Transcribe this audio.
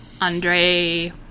Andre